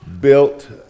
built